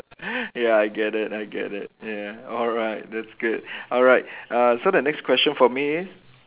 ya I get it I get it ya alright that's good alright uh so the next question for me is